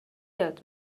یاد